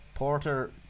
Porter